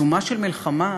בעיצומה של מלחמה,